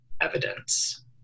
evidence